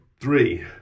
three